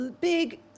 big